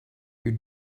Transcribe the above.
you